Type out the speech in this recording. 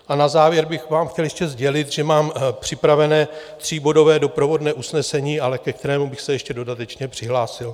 A na závěr bych vám chtěl ještě sdělit, že mám připraveno tříbodové doprovodné usnesení, ke kterému bych se ještě dodatečně přihlásil.